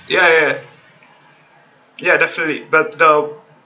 ya ya ya definitely but the